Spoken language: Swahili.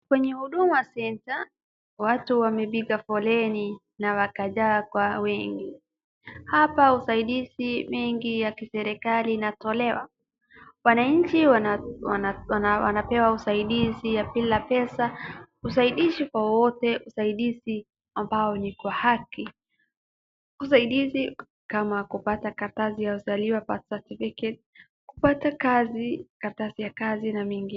Kwenye Huduma Center watu wamepiga foleni na wakajaa kwa wengi. Hapa usaidizi mengi ya kiserikali inatolewa. Wananchi wanapewa usaidizi wa bila pesa usaidizi kwa wote, usaidizi ambao ni kwa haki. Usaidizi kama kupata karatasi ya kuzaliwa Birth certificate , kupata kazi, karatasi ya kazi na mengine.